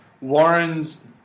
Warren's